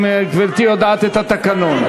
אם גברתי יודעת את התקנון.